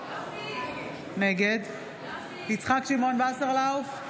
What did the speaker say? נגד יצחק שמעון וסרלאוף,